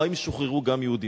או האם שוחררו גם יהודים?